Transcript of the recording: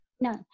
No